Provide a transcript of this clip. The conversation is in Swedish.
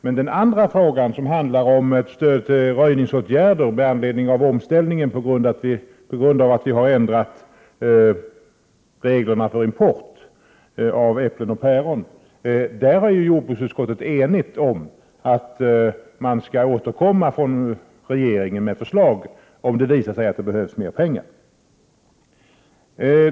I den andra frågan, som handlar om stöd till röjningsåtgärder med anledning av omställningen på grund av att vi har ändrat reglerna för import av äpplen och päron, är jordbruksutskottet enigt om att regeringen skall återkomma med förslag, om det visar sig att det behövs mer pengar.